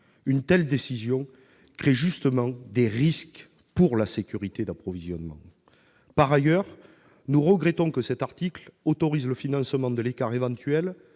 Une telle décision engendre précisément des risques en termes de sécurité d'approvisionnement. Par ailleurs, nous regrettons que cet article tende à autoriser le financement de l'écart éventuel